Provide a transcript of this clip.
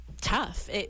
Tough